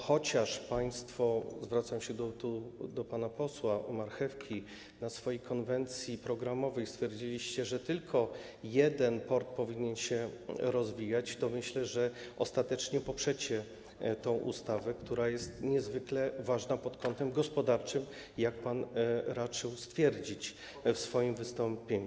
Chociaż państwo, zwracam się tu do pana posła Marchewki, na swojej konwencji programowej stwierdziliście, że tylko jeden port powinien się rozwijać, to myślę, że ostatecznie poprzecie tą ustawę, która jest niezwykle ważna pod kątem gospodarczym, jak pan raczył stwierdzić w swoim wystąpieniu.